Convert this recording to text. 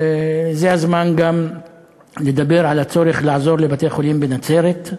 זה הזמן לדבר גם על הצורך לעזור לבתי-חולים בנצרת.